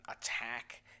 attack